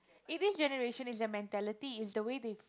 in this generation it's their mentality it's the way they